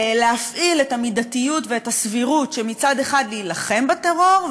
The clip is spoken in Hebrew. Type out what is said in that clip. להפעיל את המידתיות ואת הסבירות: מצד אחד להילחם בטרור,